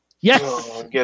Yes